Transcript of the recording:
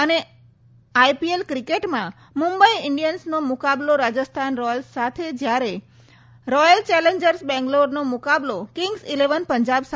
આજે આઈપીએલ ક્રિકેટમાં મુંબઈ ઇન્ડીયન્સનો મુકાબલો રાજસ્થાન રોયલ્સ સાથે જ્યારે મોહાલીમાં રોયલ ચેલેન્જર્સ બેંગ્લોરનો મુકાબલો કિંગ્સ ઇલેવન પંજાબ સાથે થશે